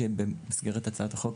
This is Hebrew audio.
במסגרת הצעת החוק,